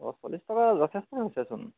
অ' চল্লিছ টকা যথেষ্ট হৈছেচোন